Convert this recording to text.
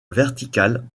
vertical